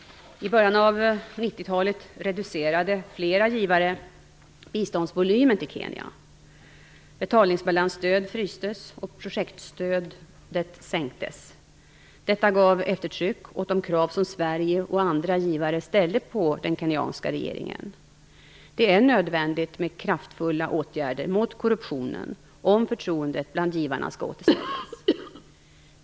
I början av 90-talet reducerade flertalet givare biståndsvolymen till Kenya. Betalningsbalansstöd frystes och projektstödet sänktes. Detta gav eftertryck åt de krav som Sverige och andra givare ställde på den kenyanska regeringen. Det är nödvändigt med kraftfulla åtgärder mot korruptionen om förtroendet bland givarna skall återställas.